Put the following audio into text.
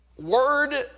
word